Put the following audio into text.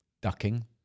ducking